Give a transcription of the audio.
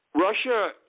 Russia